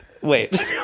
Wait